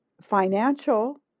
financial